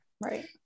Right